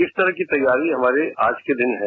इस तरह की तैयारी हमारी आज के दिन है